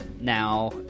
now